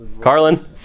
Carlin